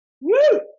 Woo